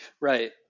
Right